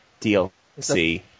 dlc